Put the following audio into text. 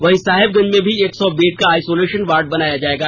वहीं साहेबगंज में भी एक सौ बेड का आइसोलेषन वार्ड बनाया जायेगा